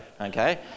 okay